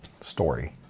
story